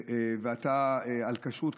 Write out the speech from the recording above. על כשרות,